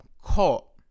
caught